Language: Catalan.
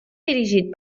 dirigit